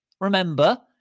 remember